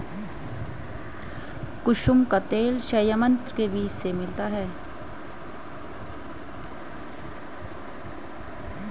कुसुम का तेल संयंत्र के बीज से मिलता है